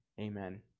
Amen